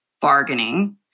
bargaining